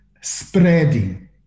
spreading